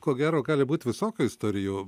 ko gero gali būt visokių istorijų